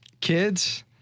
kids